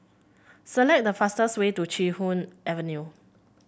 select the fastest way to Chee Hoon Avenue